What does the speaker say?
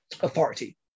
authority